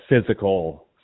physical